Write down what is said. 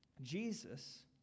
Jesus